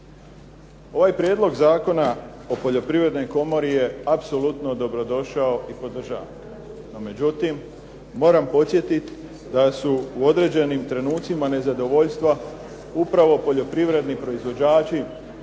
Ovaj prijedlog Zakona o poljoprivrednoj komori je apsolutno dobro došao i podržavam ga. No međutim, moram podsjetiti da su u određenim trenucima nezadovoljstva upravo poljoprivredni proizvođači